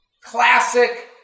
classic